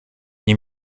nie